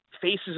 faces